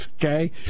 Okay